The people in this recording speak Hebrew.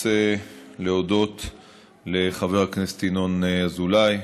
אני רוצה להודות לחבר הכנסת ינון אזולאי,